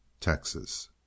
Texas